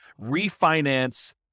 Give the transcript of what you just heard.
refinance